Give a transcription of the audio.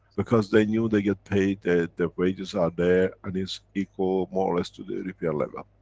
because they knew they get paid, the, the wages are there and is equal, more or less, to the european level.